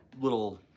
little